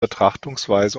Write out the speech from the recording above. betrachtungsweise